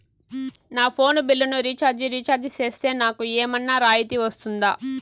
నా ఫోను బిల్లును recharge recharge సేస్తే, నాకు ఏమన్నా రాయితీ వస్తుందా?